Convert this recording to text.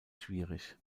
schwierig